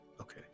Okay